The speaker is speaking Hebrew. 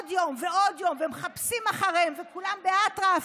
עוד יום ועוד יום, ומחפשים אחריהם, וכולם באטרף.